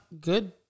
good